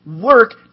work